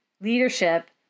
leadership